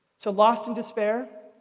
so lost in despair,